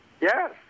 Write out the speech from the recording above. Yes